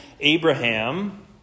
Abraham